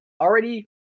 already